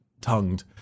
tongued